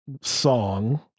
song